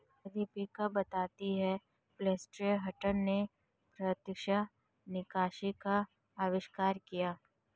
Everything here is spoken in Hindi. अध्यापिका बताती हैं एलेसटेयर हटंन ने प्रत्यक्ष निकासी का अविष्कार किया